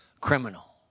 Criminal